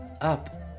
up